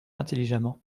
intelligemment